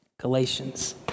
Galatians